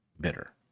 bitter